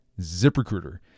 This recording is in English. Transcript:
ZipRecruiter